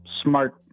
smart